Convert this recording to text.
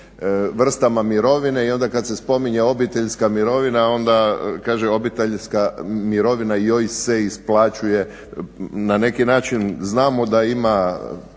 vrstama mirovine i onda kada se spominje obiteljska mirovina onda kaže obiteljska mirovina joj se isplaćuje. Na neki način znamo da ima